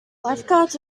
lifeguards